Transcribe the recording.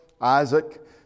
Isaac